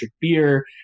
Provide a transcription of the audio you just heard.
beer